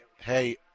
Hey